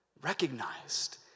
recognized